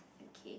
okay